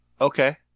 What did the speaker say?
Okay